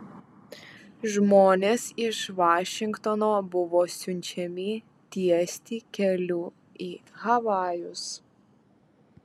žmonės iš vašingtono buvo siunčiami tiesti kelių į havajus